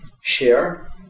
share